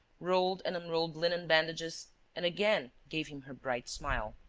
rolled and unrolled linen bandages and again gave him her bright smile.